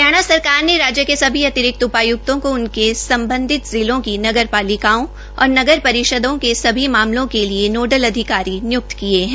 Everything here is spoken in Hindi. हरियाणा सराकार ने राज्य के सभी अतिरिक्त उपायुक्तों को उनके सम्बधित जिलों की नगर पालिकाओं और नगर परिषदों के सभी मामलों के लिये नोडल अधिकारी नियुक्त किये है